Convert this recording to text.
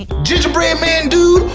gingerbread man dude,